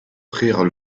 prirent